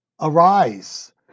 arise